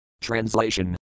Translation